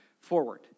forward